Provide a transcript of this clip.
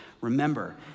remember